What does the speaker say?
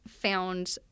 found